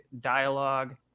Dialogue